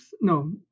no